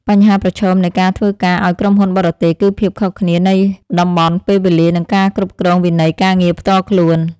បញ្ហាប្រឈមនៃការធ្វើការឱ្យក្រុមហ៊ុនបរទេស គឺភាពខុសគ្នានៃតំបន់ពេលវេលា និងការគ្រប់គ្រងវិន័យការងារផ្ទាល់ខ្លួន។